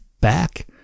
back